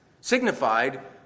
signified